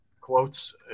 quotes